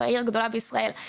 זאת העיר הגדולה ביותר בישראל,